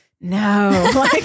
no